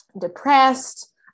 depressed